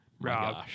Rob